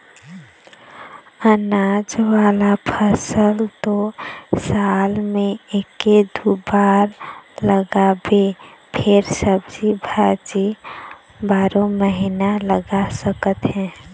अनाज वाला फसल तो साल म एके दू बार लगाबे फेर सब्जी भाजी बारो महिना लगा सकत हे